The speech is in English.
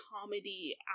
comedy